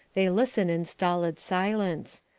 they listen in stolid silence.